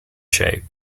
shape